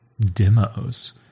demos